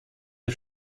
der